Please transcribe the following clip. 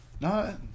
No